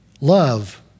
Love